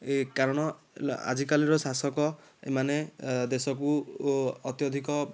ଏ କାରଣ ଆଜିକାଲିର ଶାସକମାନେ ଦେଶକୁ ଅତ୍ୟଧିକ